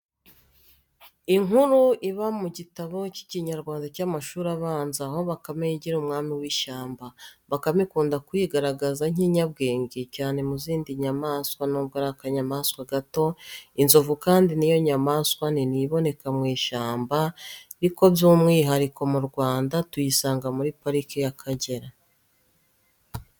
Inkuru iba mu gitabo k'ikinyarwanda cy'amashuri abanza aho bakame yigira umwami w'ishyamba. Bakame ikunda kwigaragaza nk'inyabwenge cyane mu zindi nyamaswa nubwo ari akanyamaswa gato. Inzovu kandi niyo nyamaswa nini iboneka mu ishyamba riko by'umwihariko mu Rwanda tuyisanga muri parike y'Akagera.